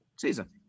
Season